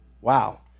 Wow